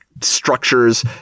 structures